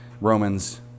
Romans